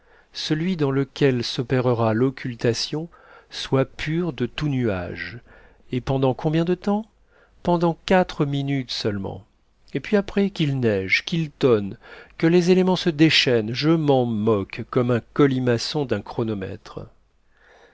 celui dans lequel s'opérera l'occultation soit pur de tout nuage et pendant combien de temps pendant quatre minutes seulement et puis après qu'il neige qu'il tonne que les éléments se déchaînent je m'en moque comme un colimaçon d'un chronomètre